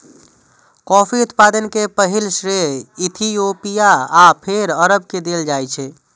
coffee उत्पादन के पहिल श्रेय इथियोपिया आ फेर अरब के देल जाइ छै